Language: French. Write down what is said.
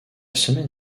semaine